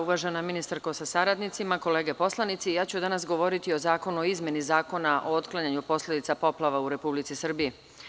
Uvažena ministarko sa saradnicima, kolege poslanici, ja ću danas govoriti o Zakonu o izmeni Zakona o otklanjanju posledica poplava u Republici Srbiji.